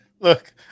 Look